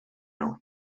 nhw